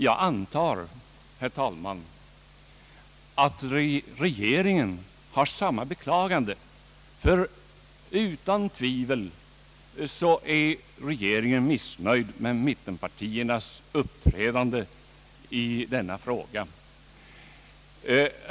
Jag antar, herr talman, att regeringen gör samma beklagande, ty utan tvivel är regeringen missnöjd med mittenpartiernas uppträdande i denna fråga.